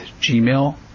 Gmail